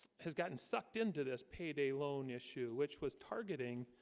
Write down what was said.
has gotten sucked into this payday loan issue which was targeting